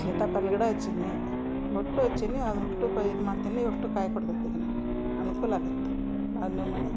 ಸೀತಾಫಲ ಗಿಡ ಹಚ್ಚೀನಿ ಒಟ್ಟು ಹಚ್ಚೀನಿ ಅದು ಅಷ್ಟು ಪ ಇದು ಮಾಡ್ತೀನಿ ಅಷ್ಟು ಕಾಯಿ ಕೊಡುತೈತಿ ಅದು ನನಗೆ ಅನ್ಕೂಲಾಗತ್ತೆ ನನ್ನ ಮನೆ